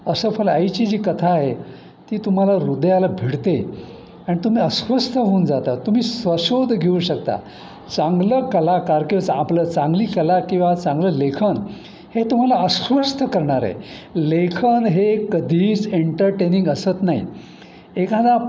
असफल आईची जी कथा आहे ती तुम्हाला हृदयाला भिडते आणि तुम्ही अस्वस्थ होऊन जाता तुम्ही स्वशोध घेऊ शकता चांगलं कलाकार किं आपलं चांगली कला किंवा चांगलं लेखन हे तुम्हाला अस्वस्थ करणारं आहे लेखन हे कधीच एंटरटेनिंग असत नाही एखादा